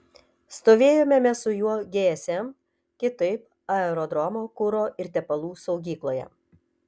stovėjome mes su juo gsm kitaip aerodromo kuro ir tepalų saugykloje